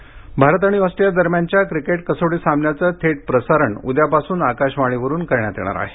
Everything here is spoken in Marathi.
प्रसारण भारत आणि ऑस्ट्रेलिया दरम्यानच्या क्रिकेट कसोटी सामन्याचं थेट प्रसारण उद्यापासून आकाशवाणीवरून करण्यात येणार आहे